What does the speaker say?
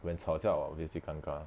when 吵架 obviously 尴尬